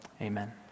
amen